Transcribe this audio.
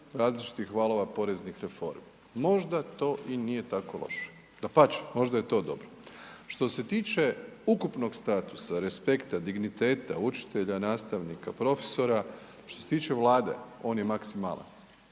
različitih valova poreznih reformi, možda to i nije tako loše, dapače, možda je to dobro. Što se tiče ukupnog statusa, respekta, digniteta učitelja, nastavnika, profesora, što se tiče Vlade, on je maksimalan,